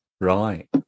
right